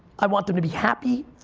i want them to be happy,